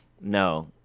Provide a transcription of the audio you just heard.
No